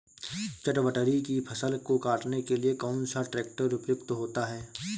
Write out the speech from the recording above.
चटवटरी की फसल को काटने के लिए कौन सा ट्रैक्टर उपयुक्त होता है?